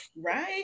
Right